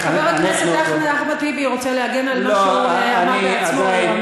חבר הכנסת אחמד טיבי רוצה להגן על מה שהוא אמר בעצמו.